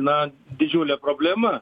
na didžiulė problema